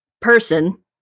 Person